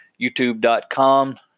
youtube.com